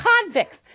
convicts